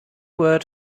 word